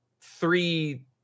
three